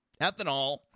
Ethanol